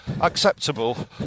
acceptable